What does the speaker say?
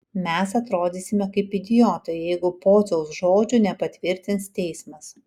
mes atrodysime kaip idiotai jeigu pociaus žodžių nepatvirtins teismas